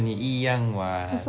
要跟你一样 [what]